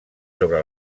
sobre